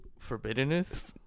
Forbiddenness